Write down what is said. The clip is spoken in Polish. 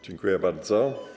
Dziękuję bardzo.